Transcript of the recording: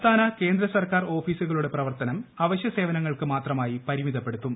സംസ്ഥാന കേന്ദ്ര സർക്കാർ ഓഫീസുകളുടെ പ്രവർത്തനം അവശ്യ സേവനങ്ങൾക്ക് മാത്രമായി പരിമിതപ്പെടും